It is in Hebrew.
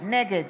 נגד